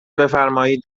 بفرمائید